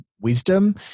wisdom